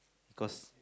cause